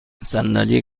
صندلی